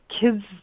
kids